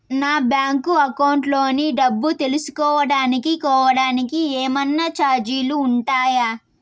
నా bank account లోని డబ్బు తెలుసుకోవడానికి కోవడానికి ఏమన్నా చార్జీలు ఉంటాయా?